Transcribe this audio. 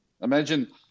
Imagine